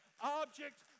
object